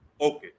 Okay